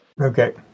Okay